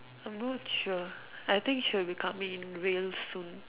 I'm not sure I think she will be coming in real soon